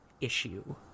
issue